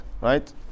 right